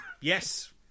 Yes